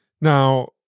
Now